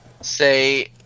say